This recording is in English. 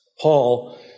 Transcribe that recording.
Paul